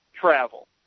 travel